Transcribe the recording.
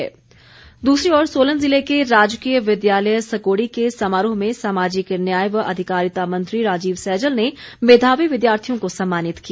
सैजल दूसरी ओर सोलन जिले के राजकीय विद्यालय सकोड़ी के समारोह में सामाजिक न्याय व अधिकारिता मंत्री राजीव सैजल ने मेधावी विद्यार्थियों को सम्मानित किया